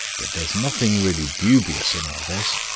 but there's nothing really dubious in all this.